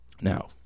Now